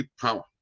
power